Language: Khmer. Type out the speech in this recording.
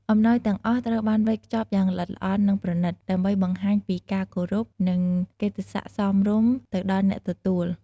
អំណោយទាំងអស់ត្រូវបានវេចខ្ចប់យ៉ាងល្អិតល្អន់ និងប្រណិត ដើម្បីបង្ហាញពីការគោរព និងកិតិ្ដសក្ដិសមរម្យទៅដល់អ្នកទទួល។